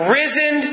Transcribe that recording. risen